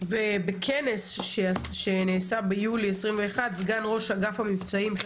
ובכנס שנעשה ביולי 2021 סגן ראש אגף המבצעים של